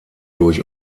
durch